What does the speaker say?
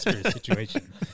situation